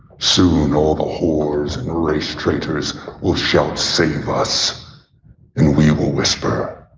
soon, all the whores and race traitors will shout, save us and we will whisper